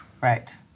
Right